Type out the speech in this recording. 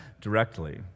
directly